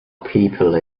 people